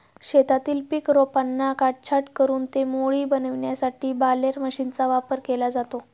शेतातील पीक रोपांना काटछाट करून ते मोळी बनविण्यासाठी बालेर मशीनचा वापर केला जातो